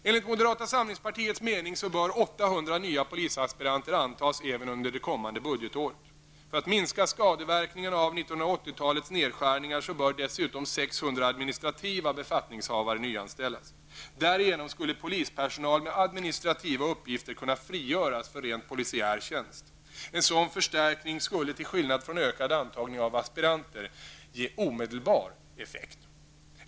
Enligt moderaternas mening bör 800 nya polisaspiranter antas även under det kommande budgetåret. För att minska skadeverkningarna av 1980-talets nedskärningar bör dessutom 600 Därigenom skulle polispersonal med administrativa uppgifter kunna frigöras för rent polisiär tjänst. En sådan förstärkning skulle -- till skillnad från en ökad antagning av aspiranter -- ge omedelbar effekt.